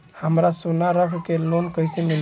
हमरा सोना रख के लोन कईसे मिली?